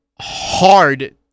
hard